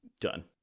Done